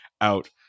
out